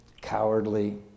cowardly